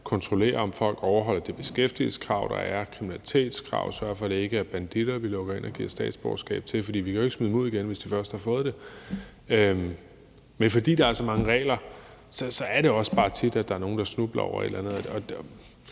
kontrollere, om folk overholder det beskæftigelseskrav, der er, og de krav, der er i forhold til kriminalitet, så vi sørger for, at det ikke er banditter, vi lukker ind og giver statsborgerskab til, for vi kan jo ikke smide dem ud igen, hvis de først har fået det. Men fordi der er så mange regler, er det også bare tit, at der er nogen, da snubler over et eller andet.